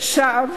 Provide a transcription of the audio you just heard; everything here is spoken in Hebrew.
שווא